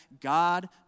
God